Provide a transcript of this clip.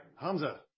Hamza